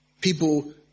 people